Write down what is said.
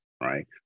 right